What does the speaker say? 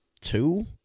two